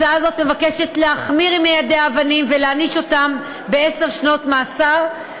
הצעה זו מבקשת להחמיר עם מיידי האבנים ולהעניש אותם בעשר שנות מאסר.